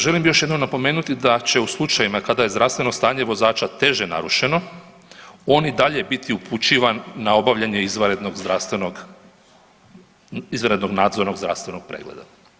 Želim još jednom napomenuti da će u slučajevima kada je zdravstveno stanje vozača teže narušeno on i dalje biti upućivan na obavljanje izvanrednog nadzornog zdravstvenog pregleda.